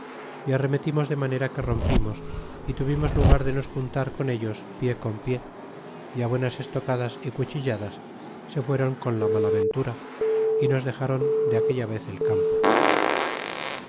y arremetimos de manera que rompimos y tuvimos lugar de nos juntar con ellos pie con pie y buenas estocadas y cuchilladas se fue ron con la mala ventura y nos dexron de aquella vez el campo